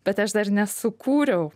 bet aš dar nesukūriau